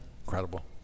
Incredible